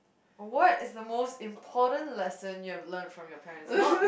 what is the most important lesson you have learnt from your parents not